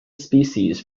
species